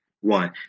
one